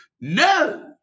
no